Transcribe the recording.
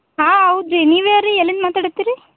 ಹಾಂ ಹೌದ್ ರೀ ನೀವು ಯಾರು ರೀ ಎಲ್ಲಿಂದ ಮಾತಾಡತ್ತೀರಿ